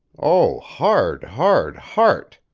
oh hard, hard heart.